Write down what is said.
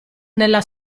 nella